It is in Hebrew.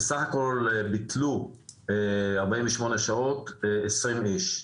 בסך הכול ביטלו לגבי 48 שעות, 20 איש.